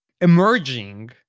emerging